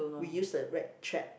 we use the rat trap